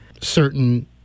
certain